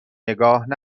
نگاه